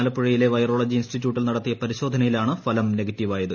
ആലപ്പുഴയിലെ വൈറോളജി ഇൻസ്റ്റിറ്റ്യൂട്ടിൽ നടത്തിക്കു പ്രിശോധനയിലാണ് ഫലം നെഗറ്റീവായത്